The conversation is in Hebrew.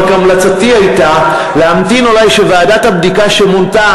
רק המלצתי הייתה להמתין אולי שוועדת הבדיקה שמונתה